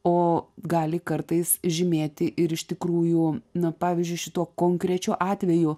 o gali kartais žymėti ir iš tikrųjų na pavyzdžiui šituo konkrečiu atveju